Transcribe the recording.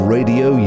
Radio